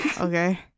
Okay